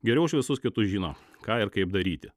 geriau už visus kitus žino ką ir kaip daryti